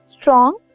strong